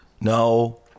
No